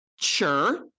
sure